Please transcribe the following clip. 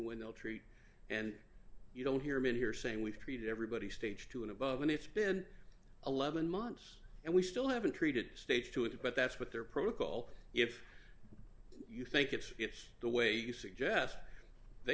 when they'll treat and you don't hear me here saying we've treated everybody stage two and above and it's been eleven months and we still haven't treated stage to it but that's what their protocol if you think it should be the way you suggest they